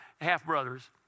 half-brothers